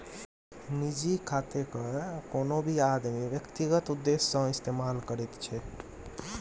निजी खातेकेँ कोनो भी आदमी व्यक्तिगत उद्देश्य सँ इस्तेमाल करैत छै